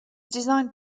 designed